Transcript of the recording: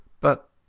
But—